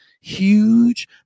huge